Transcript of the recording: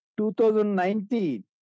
2019